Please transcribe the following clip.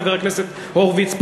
חבר הכנסת הורוביץ,